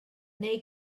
neu